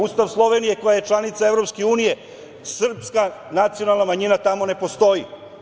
Ustav Slovenije koja je članica Evropske unije, srpska nacionalna manjina tamo ne postoji.